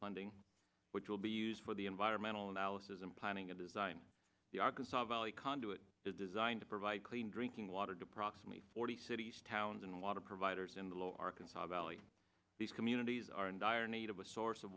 funding which will be used for the environmental analysis and planning and design the arkansas valley conduit is designed to provide clean drinking water to proxima forty cities towns and water providers in the lower arkansas valley these communities are in dire need of a source of